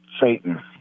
satan